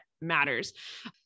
matters